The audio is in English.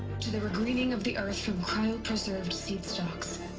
to the regreening of the earth from cryo-preserved seed stocks.